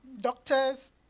doctors